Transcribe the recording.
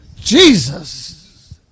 Jesus